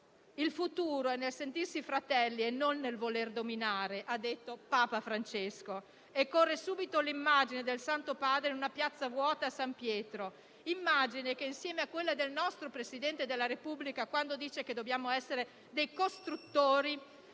Il futuro è nel sentirsi fratelli e non nel voler dominare, ha detto Papa Francesco, e viene subito in mente l'immagine del Santo Padre in una piazza San Pietro vuota; immagine che si affianca a quella del nostro Presidente della Repubblica, quando ha detto che dobbiamo essere costruttori